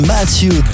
Matthew